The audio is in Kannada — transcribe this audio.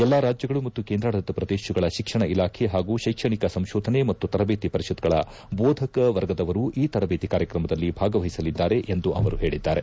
ಎಲ್ಲಾ ರಾಜ್ಯಗಳು ಮತ್ತು ಕೇಂದ್ರಾಡಳಿತ ಪ್ರದೇಶಗಳ ಶಿಕ್ಷಣ ಇಲಾಖೆ ಹಾಗೂ ಶೈಕ್ಷಣಿಕ ಸಂಶೋಧನೆ ಮತ್ತು ತರಬೇತಿ ಪರಿಷತ್ಗಳ ಬೋಧಕ ವರ್ಗದವರೂ ಈ ತರಬೇತಿ ಕಾರ್ಯಕ್ರಮದಲ್ಲಿ ಭಾಗವಹಿಸಲಿದ್ದಾರೆ ಎಂದು ಅವರು ಹೇಳಿದ್ದಾರೆ